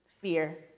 fear